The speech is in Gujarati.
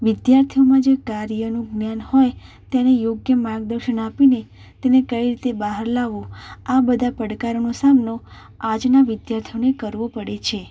વિદ્યાર્થીઓમાં જે કાર્યનું જ્ઞાન હોય તેને યોગ્ય માર્ગદર્શન આપીને તેને કઈ રીતે બહાર લાવવું આ બધા પડકારોનો સામનો આજના વિદ્યાર્થીઓને કરવો પડે છે